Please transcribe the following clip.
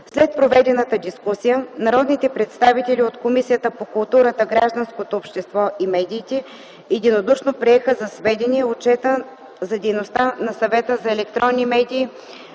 След проведената дискусия народните представители от Комисията по културата, гражданското общество и медиите единодушно приеха за сведение Отчета за дейността на Съвета за електронни медии